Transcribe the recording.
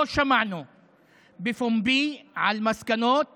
לא שמענו בפומבי על מסקנות